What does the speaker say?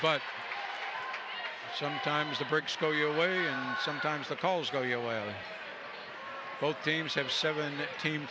but sometimes the bricks go your way and sometimes the calls go your way and both teams have seven team